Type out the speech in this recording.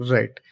Right